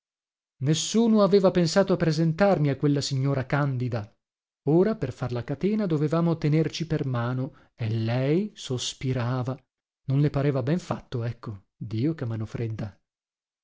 nessuno aveva pensato a presentarmi a quella signora candida ora per far la catena dovevamo tenerci per mano e lei sospirava non le pareva ben fatto ecco dio che mano fredda